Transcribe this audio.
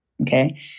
Okay